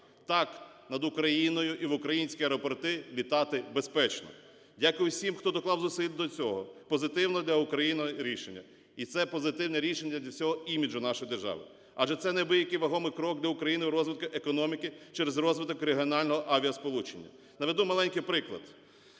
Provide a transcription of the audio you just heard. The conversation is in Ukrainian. Так, над Україною і в українські аеропорти літати безпечно. Дякую всім, хто доклав зусиль до цього позитивного для України рішення. І це позитивне рішення для всього іміджу нашої держави, адже це неабиякий вагомий крок для України в розвитку економіки через розвиток регіонального авіасполучення. Наведу маленький приклад.